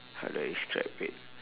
how do I describe wait